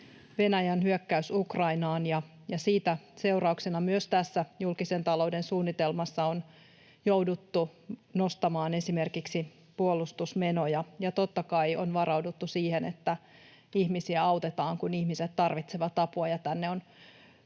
Venäjän hyökkäys Ukrainaan, ja sen seurauksena myös tässä julkisen talouden suunnitelmassa on jouduttu nostamaan esimerkiksi puolustusmenoja ja totta kai on varauduttu siihen, että ihmisiä autetaan, kun ihmiset tarvitsevat apua. Tänne on